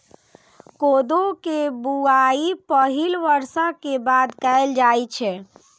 कोदो के बुआई पहिल बर्षा के बाद कैल जाइ छै